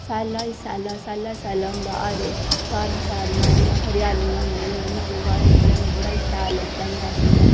सैल्ला ई सैल्ला सैल्लै ई सैल्ला होंदा हर धारां सारियां इ'यां हरेयालियां होंदियां जियां कोई बाह्रै गी निकलै इ'यां बड़ा ई शैल लगदा असेईं इ'यां